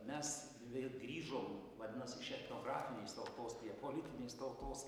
mes vėl grįžom vadinas iš etnografinės tautos tie politinės tautos